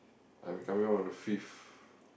I'll be coming out on the fifth